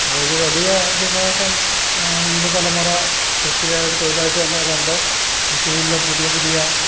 ഒരു വലിയ വിഭാഗം യുവതലമുറ കൃഷിയെ ഒരു തൊഴിലായിട്ടുതന്നെ കണ്ട് കൃഷിയിൽ പുതിയ പുതിയ